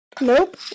Nope